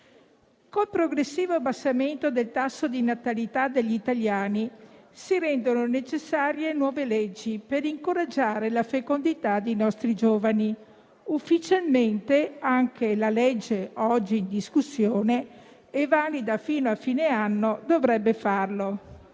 il progressivo abbassamento del tasso di natalità degli italiani, si rendono necessarie nuove leggi per incoraggiare la fecondità dei nostri giovani. Ufficialmente anche la legge oggi in discussione e valida fino a fine anno dovrebbe farlo,